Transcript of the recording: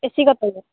এ C কটনত